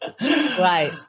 right